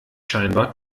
scheinbar